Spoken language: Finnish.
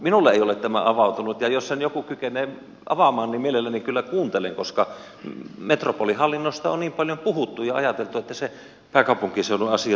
minulle ei ole tämä avautunut ja jos sen joku kykenee avaamaan mielelläni kyllä kuuntelen koska metropolihallinnosta on niin paljon puhuttu ja ajateltu että se pääkaupunkiseudun asioita pelastaisi